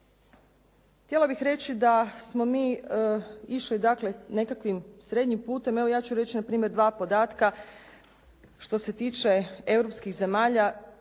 Htjela bih reći da smo mi išli dakle nekakvim srednjim putem. Evo, ja ću reći na primjer dva podatka što se tiče europskih zemalja.